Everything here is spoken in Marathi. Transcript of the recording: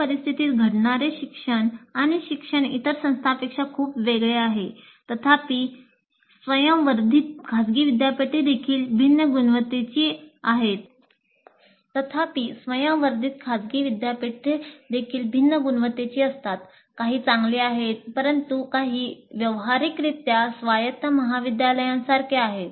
अशा परिस्थितीत घडणारे शिक्षण आणि शिक्षण इतर संस्थांपेक्षा खूप वेगळे असते तथापि स्वयं वर्धित खासगी विद्यापीठे देखील भिन्न गुणवत्तेची असतात काही चांगले आहेत परंतु काही व्यावहारिकरित्या स्वायत्त महाविद्यालयांसारखे आहेत